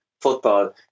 football